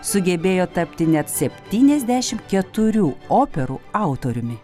sugebėjo tapti net septyniasdešim keturių operų autoriumi